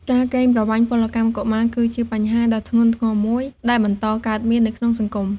ការកេងប្រវ័ញ្ចពលកម្មកុមារ គឺជាបញ្ហាដ៏ធ្ងន់ធ្ងរមួយដែលបន្តកើតមាននៅក្នុងសង្គម។